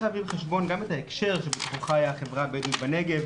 צריך להביא בחשבון גם את ההקשר שבו חיה החברה הבדואית בנגב,